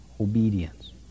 obedience